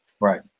Right